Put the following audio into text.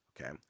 Okay